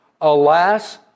alas